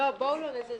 לא, בואו לא נזלזל.